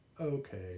Okay